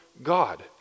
God